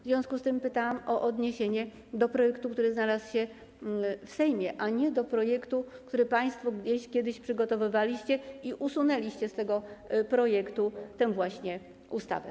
W związku z tym pytałam o odniesienie do projektu, który znalazł się w Sejmie, a nie do projektu, który państwo gdzieś kiedyś przygotowywaliście i usunęliście z niego tę właśnie ustawę.